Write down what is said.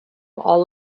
all